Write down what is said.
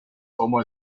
como